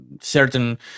certain